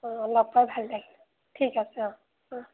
অঁ লগ পাই ভাল লাগিলে ঠিক আছে অঁ অঁ